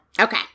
Okay